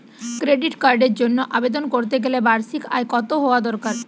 Credit কার্ডের জন্য আবেদন করতে গেলে বার্ষিক আয় কত হওয়া দরকার?